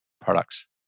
products